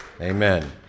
Amen